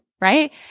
right